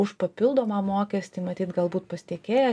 už papildomą mokestį matyt galbūt pas tiekėją